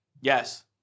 Yes